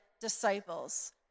disciples